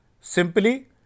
simply